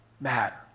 matter